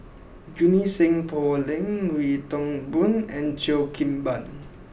Junie Sng Poh Leng Wee Toon Boon and Cheo Kim Ban